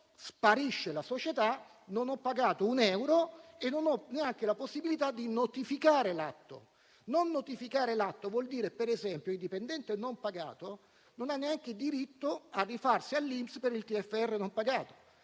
sparisce la società, non ho pagato un euro e non c'è neanche la possibilità di notificare l'atto. Non notificare l'atto vuol dire che, per esempio, il dipendente non pagato non ha neanche diritto a rifarsi all'INPS per il TFR non pagato.